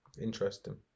interesting